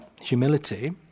humility